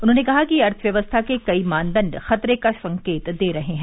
उन्होंने कहा कि अर्थव्यवस्था के कई मानदंड खतरे का संकेत दे रहे हैं